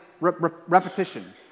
repetition